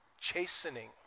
chastening